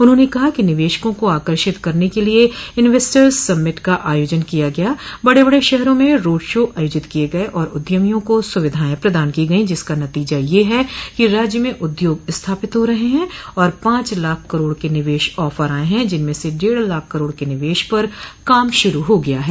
उन्होंने कहा कि निवशकों को आकर्षित करने के लिये इंवेस्टर्स समिट का आयोजन किया गया बड़े बड़ शहरों में रोड शो आयोजित किये गये और उद्यमियों को सुविधाएं प्रदान की गई जिसका नतीजा यह है कि राज्य में उद्योग स्थापित हो रहे हैं आर पांच लाख करोड़ के निवेश ऑफर आये हैं जिनमें से डेढ़ लाख करोड़ के निवेश पर काम शुरू हो गया है